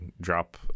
drop